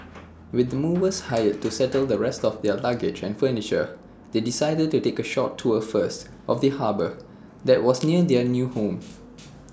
with the movers hired to settle the rest of their luggage and furniture they decided to take A short tour first of the harbour that was near their new home